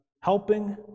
helping